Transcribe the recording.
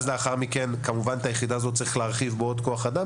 את היחידה הזאת צריכים להרחיב בעוד כוח אדם